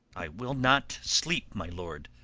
i will not sleep, my lord,